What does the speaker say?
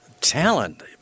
talent